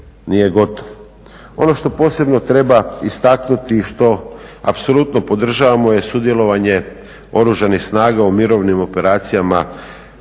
nije gotov. Ono što posebno treba istaknuti i što apsolutno podržavamo je sudjelovanje oružanih snaga u mirovnim operacijama NATO-a,